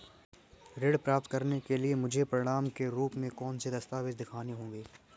ऋण प्राप्त करने के लिए मुझे प्रमाण के रूप में कौन से दस्तावेज़ दिखाने होंगे?